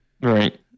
Right